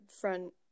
front